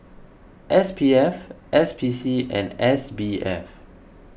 S P F S P C and S B F